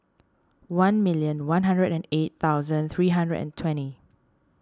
one million one hundred and eight thousand three hundred and twenty